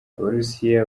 abarusiya